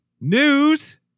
news